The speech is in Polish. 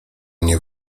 nie